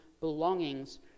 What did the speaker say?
belongings